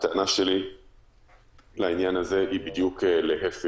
הטענה שלי לעניין הזה היא: בדיוק להיפך,